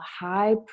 high